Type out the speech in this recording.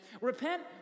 repent